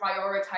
prioritize